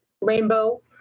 rainbow